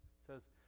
says